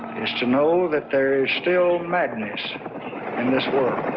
is to know that there is still madness in this world.